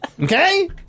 Okay